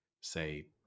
say